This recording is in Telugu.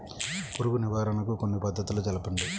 పురుగు నివారణకు కొన్ని పద్ధతులు తెలుపండి?